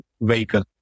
vehicle